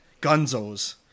Gunzo's